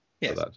yes